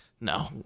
No